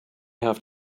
have